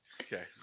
Okay